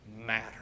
matter